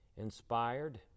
Inspired